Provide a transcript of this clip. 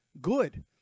good